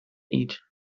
eat